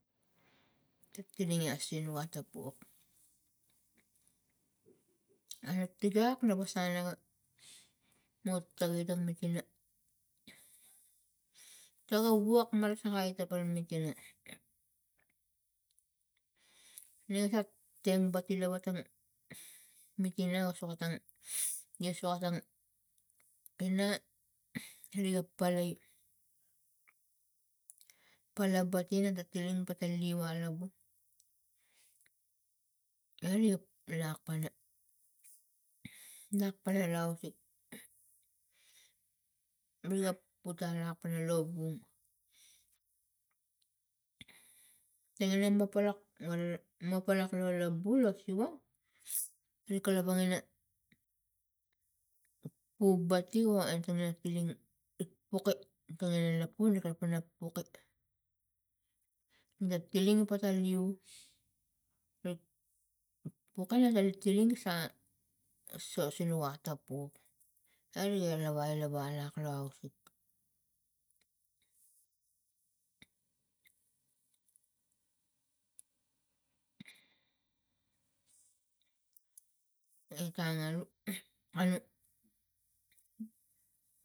Gi tiling a sin watapuk aneng tigak lo ga sangnaga mutagin ta mit ina ta ga wok marasakai tapara mit ina nega sak teng bati lo tang mitina o soko tang e soko tang ina riga palai pala batil la ga tiling pate leu atabu e liga lak pana lak pana lo ausik riga puta lak pana lovung tangina mo palak go ma palak lo la bu lo siva ri kalapang ina poubati o taning na tiling e poke tangina lapun ri kalapang ina puke na tiling pata leu rik poke na tiling gi sang so sinuk atapuk e riga wailowalak lo ausik etang alu anu.